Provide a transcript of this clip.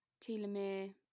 telomere